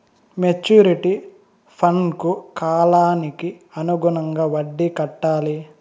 maturity ఫండ్కు కాలానికి అనుగుణంగా వడ్డీ కట్టాలి